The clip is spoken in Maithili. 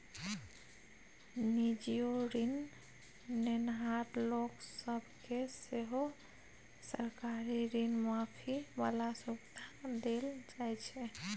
निजीयो ऋण नेनहार लोक सब केँ सेहो सरकारी ऋण माफी बला सुविधा देल जाइ छै